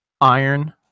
iron